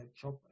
job